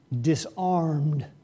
disarmed